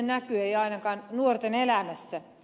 ei ainakaan nuorten elämässä